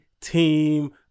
team